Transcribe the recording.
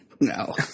No